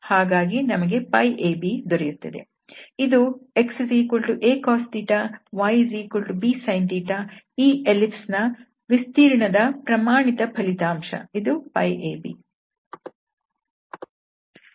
ಹಾಗಾಗಿ ನಮಗೆ ab ದೊರೆಯುತ್ತದೆ ಇದು xacos ybsin ಈ ಎಲ್ಲಿಪ್ಸ್ ನ ವಿಸ್ತೀರ್ಣದ ಪ್ರಮಾಣಿತ ಫಲಿತಾಂಶ ಇದು ab